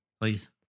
Please